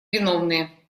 виновные